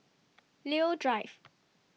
Leo Drive